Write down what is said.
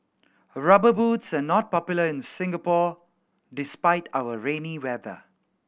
Rubber Boots are not popular in Singapore despite our rainy weather